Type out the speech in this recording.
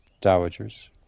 dowagers